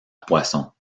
poissons